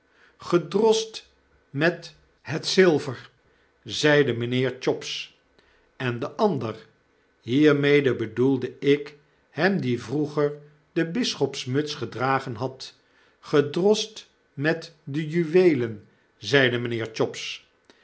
gedrost met het zilver zeide mynheer chops en de ander hiermede bedoelde ik hem die vroeger de bisschopsmuts gedragen had gedrost met de juweelen zeide mijnheer chops